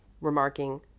remarking